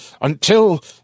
until